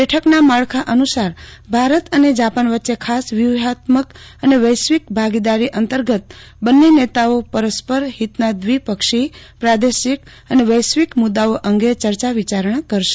બેઠકના માળખા અનુસાર ભારત અને જાપાન વચ્ચે ખાસ વ્યુહાત્મક અને વૈશ્વિક ભાગોદારી અંતર્ગત બંને નેતાઓ પરસ્પર હિતના દિવપક્ષી પાદેશિક અને વૈશ્વિક મુદાઓ અંગે ચર્ચા વિચારણા કરશે